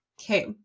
Okay